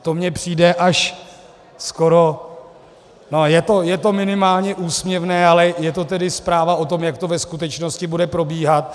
To mi přijde skoro až je to minimálně úsměvné, ale je to tedy zpráva o tom, jak to ve skutečnosti bude probíhat.